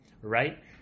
Right